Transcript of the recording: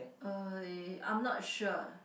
uh I'm not sure